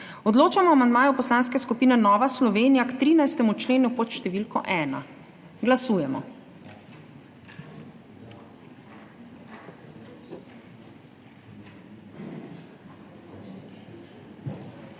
Odločamo o amandmaju Poslanske skupine Nova Slovenija k 13. členu pod številko ena. Glasujemo.